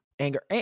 anger